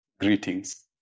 greetings